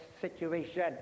situation